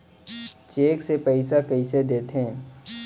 Cheque से पइसा कइसे देथे?